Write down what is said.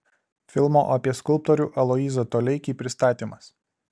filmo apie skulptorių aloyzą toleikį pristatymas